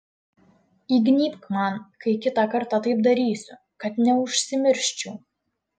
įgnybk man kai kitą kartą taip darysiu kad neužsimirščiau